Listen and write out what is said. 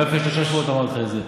גם לפני שלושה שבועות אמרתי לך את זה,